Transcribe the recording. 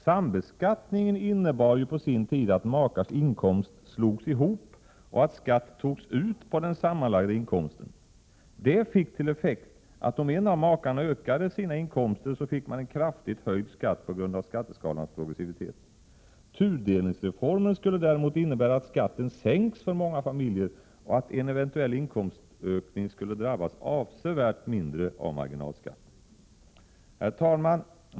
Sambeskattningen innebar ju på sin tid att makars inkomst slogs ihop och att skatt togs ut på den sammanlagda inkomsten. Det fick till effekt, att om en av makarna ökade sina inkomster, fick man en kraftigt höjd skatt på grund av skatteskalans progressivitet. Tudelningsreformen skulle däremot innebära att skatten sänks för många familjer och att en eventuell inkomstökning skulle drabbas avsevärt mindre av marginalskatten. Herr talman!